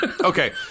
Okay